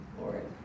Lord